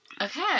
Okay